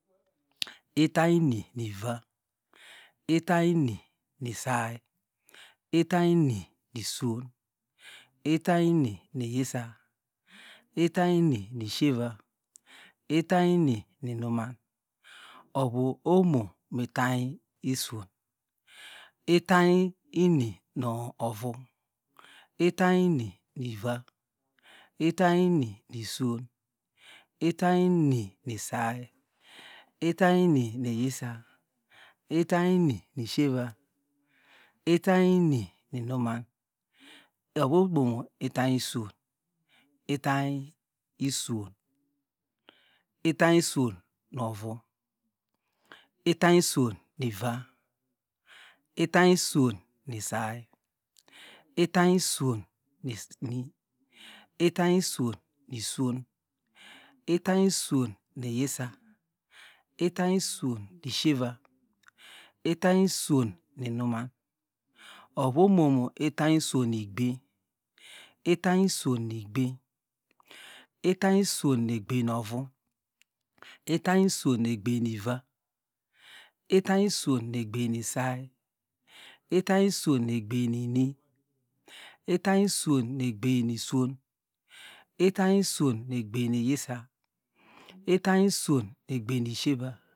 Itany ini mi iva itany ini mi isay itany ini nu iswon itany ini nu iyisa itany ini nu ishieva itany ini nu inuman ovu omo mu itany iswon itany ini nu ovu itany ini nu iva itany ini nu iswon itany ini mu isay itany ini nu iyisa itany ini nu ishieva itany ini nu inuman oru omo mu itany iswon itany iswon itany iswon novu itany iswon nu iva itany iswon nu isay itany iswon itory iswon nu iswon itany iswon nu iyisa itany iswon nu ishieva itany iswon nu inuman ovu omom mu itany iswon nu inuman ovu omom mu itany iswon mu igbein itany iswon nu igbein igbein itany iswon nu egbem novu itany iswon nu egbein nu iva itany iswon nu egbein nu ini itany iswon nu egbein nu iswon itany iswon nu egbem nu iyesa itany iswon nu egbein nu ishieva